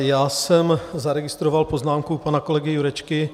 Já jsem zaregistroval poznámku pana kolegy Jurečky.